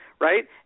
right